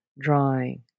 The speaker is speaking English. drawing